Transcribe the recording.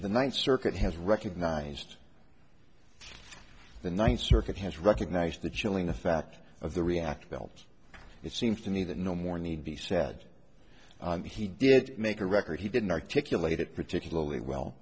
the ninth circuit has recognized the ninth circuit has recognized the chilling the fact of the reactor built it seems to me that no more need be said he did make a record he didn't articulate it particularly well